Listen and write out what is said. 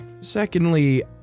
Secondly